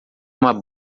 uma